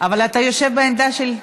אבל אתה יושב בעמדה של,